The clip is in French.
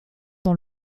dans